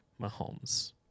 Mahomes